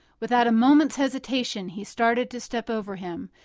without a moment's hesitation, he started to step over him,